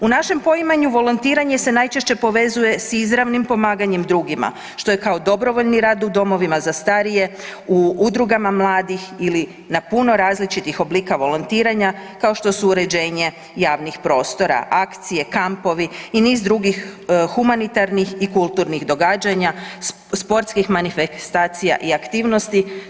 U našem poimanju volontiranje se najčešće povezuje s izravnim pomaganjem drugima, što je kao dobrovoljni rad u domovina za starije, u udrugama mladih ili na puno različitih oblika volontiranja kao što su uređenje javnih prostora, akcije, kampovi i niz drugih humanitarnih i kulturnih događanja, sportskih manifestacija i aktivnosti.